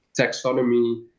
taxonomy